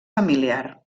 familiar